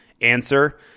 answer